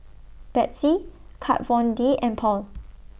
Betsy Kat Von D and Paul